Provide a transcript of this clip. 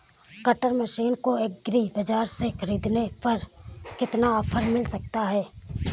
Cutter machine को agri बाजार से ख़रीदने पर कितना ऑफर मिल सकता है?